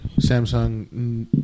Samsung